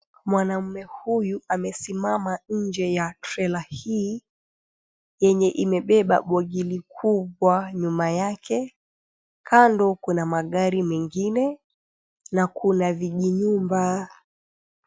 Mwanamme huyu amesimama nje ya trela hii yenye imebeba bogi likubwa nyuma yake, kando kuna magari mengine na kuna vijinyumba.